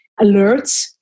alerts